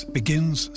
begins